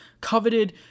coveted